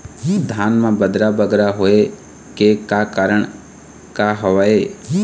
धान म बदरा बगरा होय के का कारण का हवए?